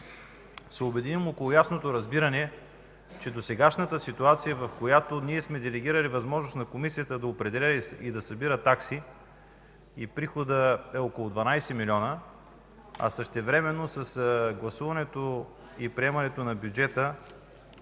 обединим около ясното разбиране, че досегашната ситуация, в която ние сме делегирали възможност на Комисията да определя и събира такси – приходът е около 12 милиона, същевременно с гласуването и приемането на бюджета за 2015 г.